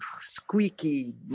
squeaky